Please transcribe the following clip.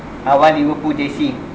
I want liverpool jersey